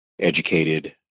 educated